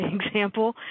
example